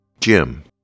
Jim